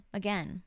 again